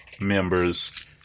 members